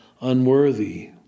unworthy